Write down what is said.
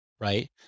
right